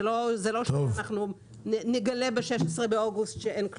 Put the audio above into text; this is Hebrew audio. זה לא שאנחנו נגלה ב-16 באוגוסט שאין כלום.